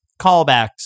callbacks